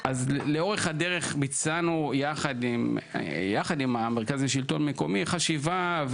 אז לאורך הדרך ביצענו יחד עם המרכז לשלטון מקומי חשיבה,